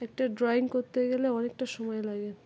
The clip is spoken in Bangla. একটা ড্রয়িং করতে গেলে অনেকটা সময় লাগে